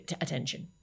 attention